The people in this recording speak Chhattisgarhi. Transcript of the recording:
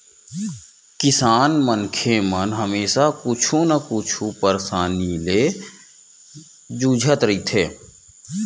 किसान मनखे मन हमेसा कुछु न कुछु परसानी ले जुझत रहिथे